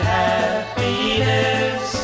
happiness